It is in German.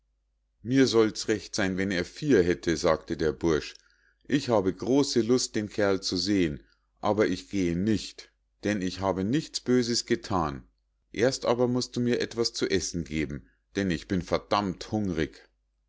mir sollt's recht sein wenn er vier hätte sagte der bursch ich habe große lust den kerl zu sehen aber ich gehe nicht denn ich habe nichts böses gethan erst aber musst du mir etwas zu essen geben denn ich bin verdammt hungrig